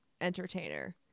entertainer